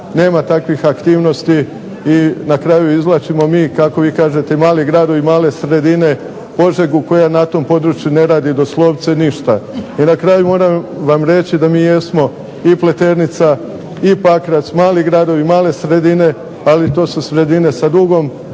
nema takvih aktivnosti i na kraju izvlačimo mi kako vi kažete mali gradovi male sredine Požegu koja na tom području ne radi doslovce ništa. I na kraju moram vam reći da mi jesmo i Pleternica i Pakrac mali gradovi, male sredine, ali to su sredine sa dugom